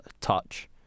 touch